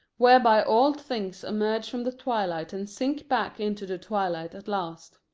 whereby all things emerge from the twilight and sink back into the twilight at last.